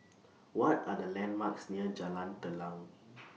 What Are The landmarks near Jalan Telang